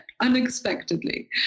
unexpectedly